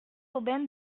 aubin